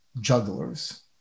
jugglers